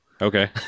okay